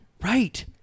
right